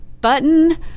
button